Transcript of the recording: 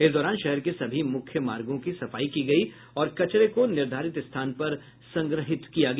इस दौरान शहर के सभी मुख्य मार्गों की सफाई की गयी और कचरे को निर्धारित स्थान पर संग्रहित किया गया